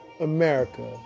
America